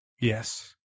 Yes